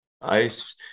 ice